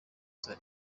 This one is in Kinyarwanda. saa